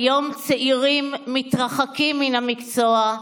כיום צעירים מתרחקים מן המקצוע.